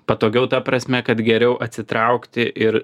patogiau ta prasme kad geriau atsitraukti ir